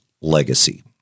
legacy